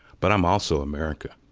but i'm also america.